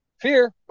Fear